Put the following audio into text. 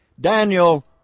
Daniel